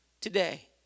today